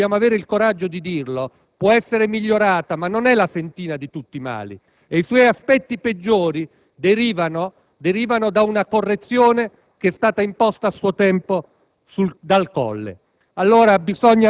terribili. Questa legge elettorale - dobbiamo trovare il coraggio per dirlo - può essere migliorata, ma non è la sentina di tutti i mali e i suoi aspetti peggiori derivano da una correzione che è stata imposta a suo tempo